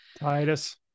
Titus